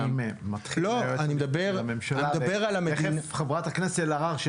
אם זה ילד עם אימוץ פתוח של משפחה עם תרבות שמאוד מאוד